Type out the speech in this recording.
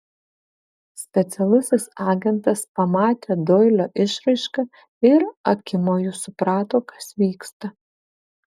specialusis agentas pamatė doilio išraišką ir akimoju suprato kas vyksta